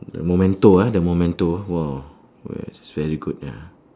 the memento ah the memento !wah! yes is very good ya